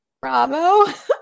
Bravo